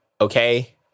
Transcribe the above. Okay